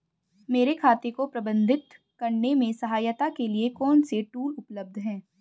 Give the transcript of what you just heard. मेरे खाते को प्रबंधित करने में सहायता के लिए कौन से टूल उपलब्ध हैं?